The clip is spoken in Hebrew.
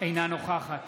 אינה נוכחת